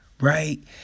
Right